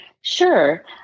Sure